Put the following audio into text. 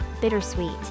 Bittersweet